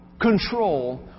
control